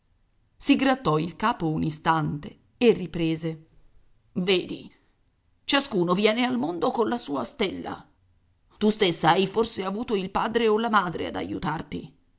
si grattò il capo un istante e riprese vedi ciascuno viene al mondo colla sua stella tu stessa hai forse avuto il padre o la madre ad aiutarti